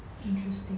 interesting